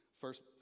First